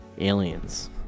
aliens